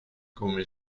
come